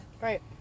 right